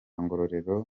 ngororero